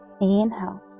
inhale